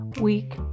week